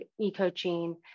e-coaching